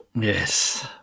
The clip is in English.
Yes